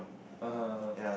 (uh huh) (uh huh)